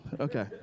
Okay